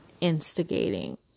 instigating